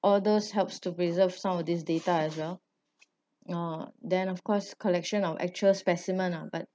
all those helps to preserve some of these data as well oh then of course collection of actual specimen ah but